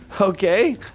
Okay